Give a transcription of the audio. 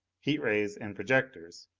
heat-rays and projectors.